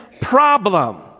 problem